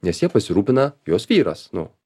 nes ja pasirūpina jos vyras nu